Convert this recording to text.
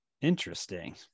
Interesting